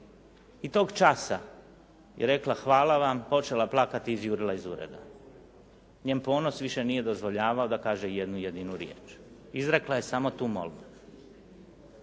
I tog časa je rekla: "Hvala vam", počela plakati i izjurila iz ureda. Njen ponos više nije dozvoljavao da kaže ijednu jedinu riječ. Izrekla je samo tu molbu.